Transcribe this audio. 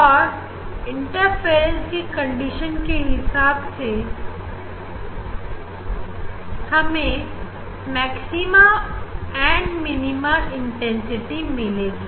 और इंटरफ्रेंस की कंडीशन के हिसाब से हमें मैक्सिमा एंड मिनीमा इंटेंसिटी मिलेगी